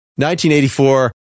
1984